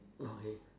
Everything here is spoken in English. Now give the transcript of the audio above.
oh okay